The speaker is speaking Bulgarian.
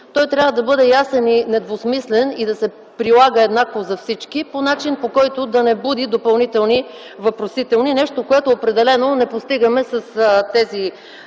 Той трябва да бъде ясен и недвусмислен и да се прилага еднакво за всички по начин, по който да не буди допълнителни въпросителни – нещо, което определено не постигаме с тези